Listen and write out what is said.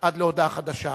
עד להודעה חדשה.